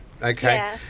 okay